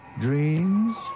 dreams